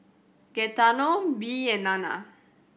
Gaetano Bee and Nana